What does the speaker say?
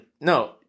No